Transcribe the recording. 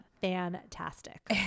fantastic